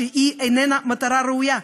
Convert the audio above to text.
שאיננה מטרה ראויה,